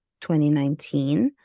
2019